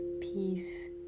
peace